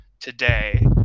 today